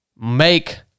make